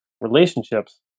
relationships